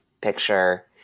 picture